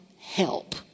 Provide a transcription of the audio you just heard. help